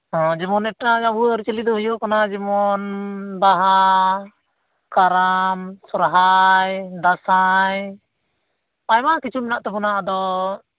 ᱚ ᱡᱮᱢᱚᱱ ᱮᱴᱟᱜ ᱟᱵᱚᱣᱟᱜ ᱟᱹᱨᱤᱪᱟᱹᱞᱤ ᱫᱚ ᱦᱩᱭᱩᱜ ᱠᱟᱱᱟ ᱡᱮᱢᱚᱱ ᱵᱟᱦᱟ ᱠᱟᱨᱟᱢ ᱥᱚᱨᱦᱟᱭ ᱫᱟᱸᱥᱟᱭ ᱟᱭᱢᱟ ᱠᱤᱪᱷᱩ ᱢᱮᱱᱟᱜ ᱛᱟᱵᱚᱱᱟ ᱟᱫᱚ